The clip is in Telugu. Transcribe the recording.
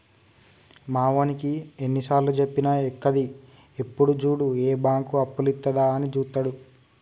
మావోనికి ఎన్నిసార్లుజెప్పినా ఎక్కది, ఎప్పుడు జూడు ఏ బాంకు అప్పులిత్తదా అని జూత్తడు